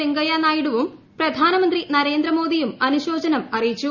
വെങ്കയ്യനായിഡുവുംപ്രധാനമന്ത്രി നരേന്ദ്രമോദിയും അനുശോചനം അറിയിച്ചു